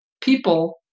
people